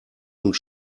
und